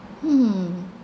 hmm